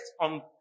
on